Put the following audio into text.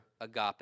agape